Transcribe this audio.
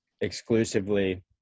exclusively